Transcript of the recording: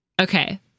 Okay